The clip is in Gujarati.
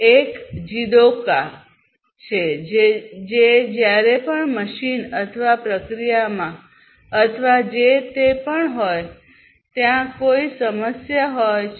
એક JIDOKA છે જે જ્યારે પણ મશીન અથવા પ્રક્રિયામાં અથવા તે જે પણ હોય ત્યાં કોઈ સમસ્યા હોય છે